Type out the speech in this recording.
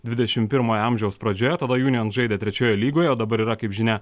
dvidešim pirmojo amžiaus pradžioje tada union žaidė trečioje lygoje o dabar yra kaip žinia